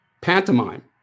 pantomime